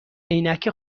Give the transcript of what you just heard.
عینک